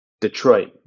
Detroit